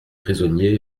prisonniers